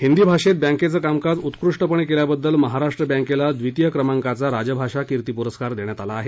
हिंदी भाषेत बँकेचं कामकाज उत्कृष्टपणे केल्याबद्दल महाराष्ट्र बँकेला द्वितीय क्रमाकांचा राजभाषा कीर्ती पुरस्कार देण्यात आला आहे